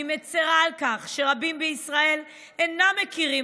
אני מצירה על כך שרבים בישראל אינם מכירים